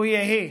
לו יהי.